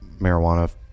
marijuana